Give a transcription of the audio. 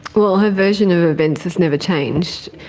well her version of events has never changed.